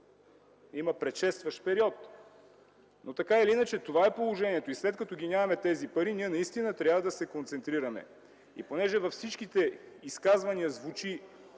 има предшестващ период. Така или иначе, това е положението – нямаме тези пари и затова наистина трябва да се концентрираме. Понеже във всички изказвания звучи